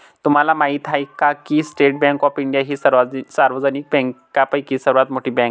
तुम्हाला माहिती आहे का की स्टेट बँक ऑफ इंडिया ही सार्वजनिक बँकांपैकी सर्वात मोठी बँक आहे